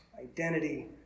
Identity